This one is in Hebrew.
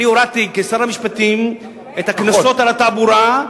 אני הורדתי כשר המשפטים את הקנסות על התעבורה,